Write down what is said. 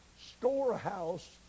storehouse